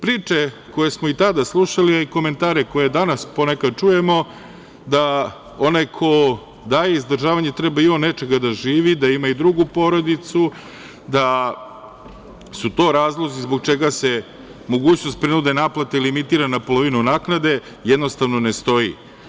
Priče koje smo i tada slušali, a i komentare koje danas ponekad čujemo, da onaj ko daje izdržavanje treba i on od nečega da živi, da ima i drugu porodicu, da su to razlozi zbog čega se mogućnost prinudne naplate limitira na polovinu naknade, jednostavno ne stoje.